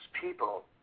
people